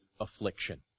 affliction